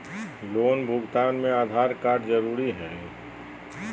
Loan भुगतान में Aadhaar card जरूरी है?